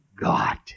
God